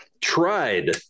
tried